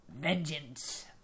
Vengeance